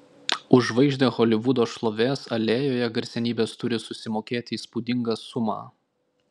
už žvaigždę holivudo šlovės alėjoje garsenybės turi susimokėti įspūdingą sumą